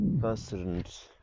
constant